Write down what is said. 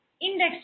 Index